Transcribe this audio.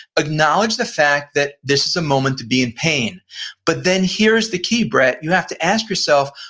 acknowledge the fact that this is a moment to be in pain but then here's the key brett, you have to ask yourself,